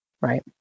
right